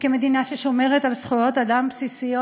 מדינה ששומרת על זכויות אדם בסיסיות.